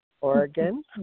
Oregon